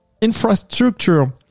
infrastructure